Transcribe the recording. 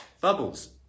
Bubbles